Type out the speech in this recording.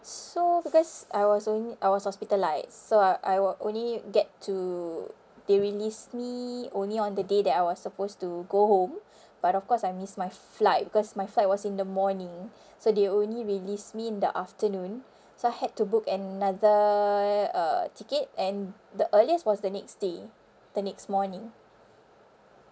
so because I was only I was hospitalised so I I were only get to they released me only on the day that I was supposed to go home but of course I missed my flight because my flight was in the morning so they only released me in the afternoon so I had to book another uh ticket and the earliest was the next day the next morning